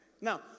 Now